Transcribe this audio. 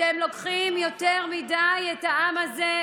אתם לוקחים את העם הזה,